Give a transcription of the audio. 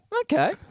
okay